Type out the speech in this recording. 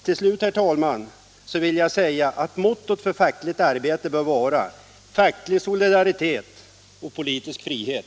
Till sist, herr talman, vill jag säga att mottot för fackligt arbete bör vara: Facklig solidaritet — politisk frihet.